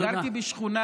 גרתי בשכונה